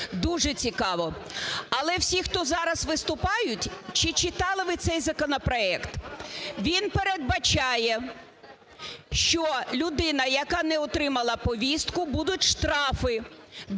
дуже цікаво. Але всі, хто зараз виступають, чи читали ви цей законопроект? Він передбачає, що людина, яка не отримала повістку, будуть штрафи